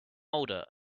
older